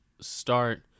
start